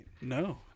No